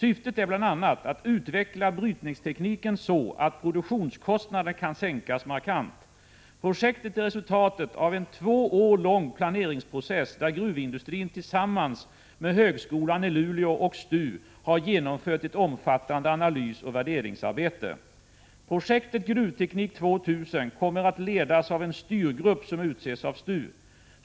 Syftet är bl.a. att utveckla brytningstekniken så att produktionskostnaderna kan sänkas markant. Projektet är resultatet av en två år lång planeringsprocess, där gruvindustrin tillsammans med högskolan i Luleå och STU har genomfört ett omfattande analysoch värderingsarbete. Projektet Gruvteknik 2000 kommer att ledas av en styrgrupp som utses av STU.